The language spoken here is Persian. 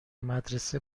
مدرسه